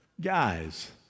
guys